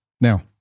Now